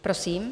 Prosím.